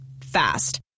Fast